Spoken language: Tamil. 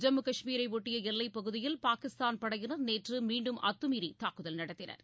ஜம்மு கஷ்மீரைஷட்டியஎல்லைப்பகுதியில் பாகிஸ்தான் படையினர் நேற்றுமீண்டும் அத்துமீறிதாக்குதல் நடத்தினர்